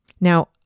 Now